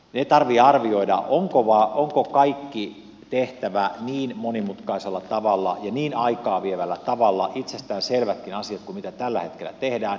ne tarvitsee arvioida onko kaikki tehtävä niin monimutkaisella tavalla ja niin aikaa vievällä tavalla itsestään selvätkin asiat kuin tällä hetkellä tehdään